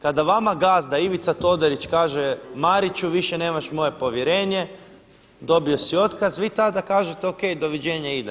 Kada vama gazda Ivica Todorić kaže Mariću više nemaš moje povjerenje, dobio si otkaz, vi tada kažete o.k. doviđenja, idem.